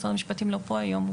משרד המשפטים לא פה היום.